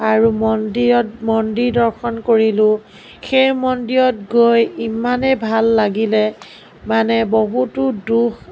আৰু মন্দিৰত মন্দিৰ দৰ্শন কৰিলোঁ সেই মন্দিৰত গৈ ইমানে ভাল লাগিলে মানে বহুতো দুখ